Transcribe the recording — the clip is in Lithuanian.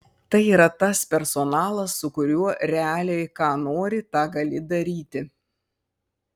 tai yra tas personalas su kuriuo realiai ką nori tą gali daryti